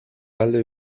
alle